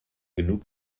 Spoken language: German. genug